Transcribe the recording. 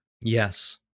yes